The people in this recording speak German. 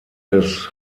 des